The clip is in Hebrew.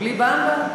בלי "במבה"?